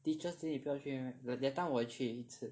teachers' day 你不要去 meh that time 我去一次